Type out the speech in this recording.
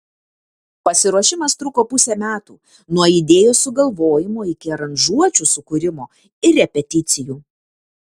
pasiruošimas truko pusę metų nuo idėjos sugalvojimo iki aranžuočių sukūrimo ir repeticijų